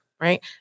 right